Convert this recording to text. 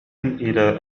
إلى